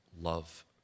love